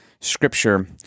Scripture